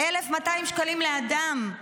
1,200 שקלים לאדם.